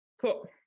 Cool